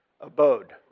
abode